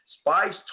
Spice